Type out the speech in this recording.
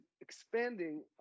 expanding